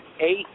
eight